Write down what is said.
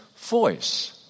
voice